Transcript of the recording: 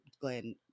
glenn